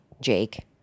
Jake